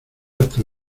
hasta